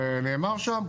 ונאמר שם,